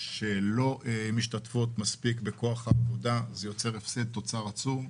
שלא משתתפות מספיק בכוח העבודה - מה שיוצר הפסד תוצר עצום.